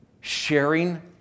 Sharing